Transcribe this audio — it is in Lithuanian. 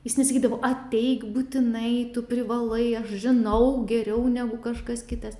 jis nesakydavo ateik būtinai tu privalai aš žinau geriau negu kažkas kitas